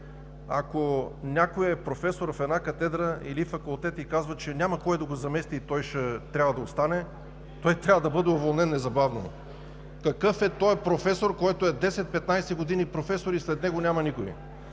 Ако някой е професор в катедра или факултет и казва, че няма кой да го замести и ще трябва да остане, той трябва да бъде уволнен незабавно. Какъв е този професор, който е десет, петнадесет години професор и след него няма никого?